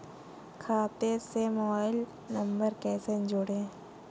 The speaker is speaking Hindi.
खाते से मोबाइल नंबर कैसे जोड़ें?